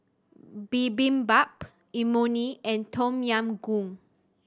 Bibimbap Imoni and Tom Yam Goong